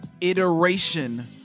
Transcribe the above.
iteration